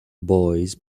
boys